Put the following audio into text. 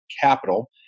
capital